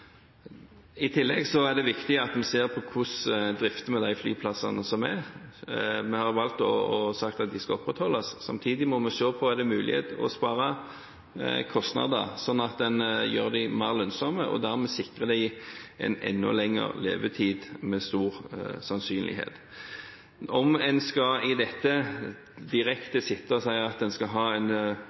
I tillegg er det viktig at vi ser på hvordan vi drifter de flyplassene som er. Vi har sagt at de skal opprettholdes. Samtidig må vi se om det er mulighet for å spare kostnader, sånn at en gjør dem mer lønnsomme og dermed, med stor sannsynlighet, sikrer dem en enda lengre levetid. Om en som følge av dette direkte skal sitte og si at en skal ha en